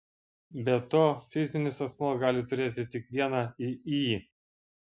be to fizinis asmuo gali turėti tik vieną iį